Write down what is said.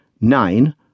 nine